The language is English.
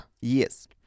Yes